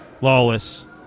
Lawless